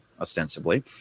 ostensibly